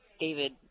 David